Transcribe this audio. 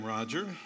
Roger